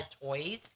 toys